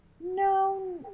No